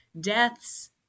deaths